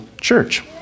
church